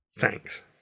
Thanks